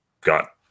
got